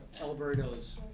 Alberto's